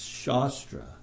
Shastra